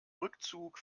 rückzug